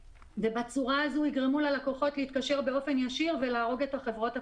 ובצורה הזו יגרמו ללקוחות להתקשר באופן ישיר ולהרוג את החברות הקטנות.